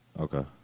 Okay